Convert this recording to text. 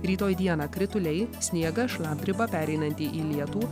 rytoj dieną krituliai sniegas šlapdriba pereinanti į lietų